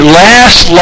last